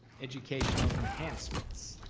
educational enhancements.